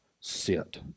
sit